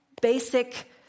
basic